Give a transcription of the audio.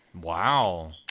Wow